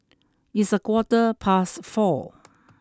its a quarter past four